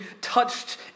touched